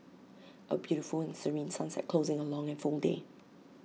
A beautiful and serene sunset closing A long and full day